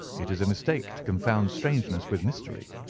it is a mistake to confound strangeness with mystery.